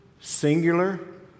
singular